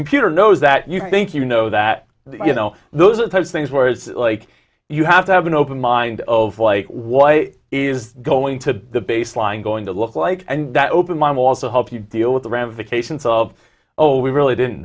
computer knows that you think you know that you know those things where it's like you have to have an open mind of like what is going to the baseline going to look like and that open line will also help you deal with the ramifications of oh we really didn't